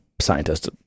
scientist